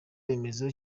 remezo